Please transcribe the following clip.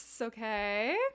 okay